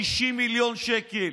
60 מיליון שקל.